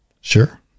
Sure